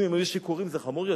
אם הם היו שיכורים זה חמור יותר,